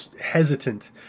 hesitant